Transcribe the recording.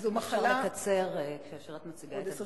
את יכולה לקצר כאשר את מציגה את הדברים?